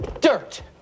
dirt